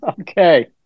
Okay